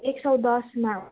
एक सौ दसमा